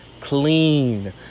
clean